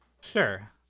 sure